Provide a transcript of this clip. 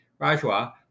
Rajwa